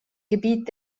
gebiet